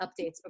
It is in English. updates